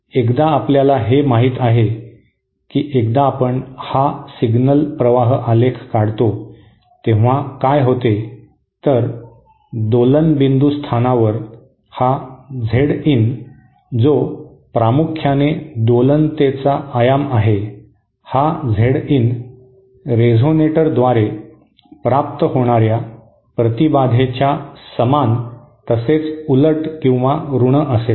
एकदा आपल्याला हे माहित आहे की एकदा आपण हा सिग्नल प्रवाह आलेख काढतो तेव्हा काय होते तर दोलनबिंदूस्थानावर हा झेड इन जो प्रामुख्याने दोलनतेचा आयाम आहे हा झेड इन रेझोनेटरद्वारे प्राप्त होणाऱ्या प्रतिबाधेच्या समान तसेच उलट किंवा ऋण असेल